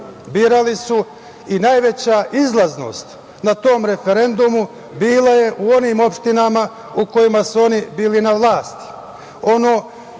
Birali su i najveća izlaznost na tom referendumu bila je u onim opštinama u kojima su oni bili na vlasti. Ono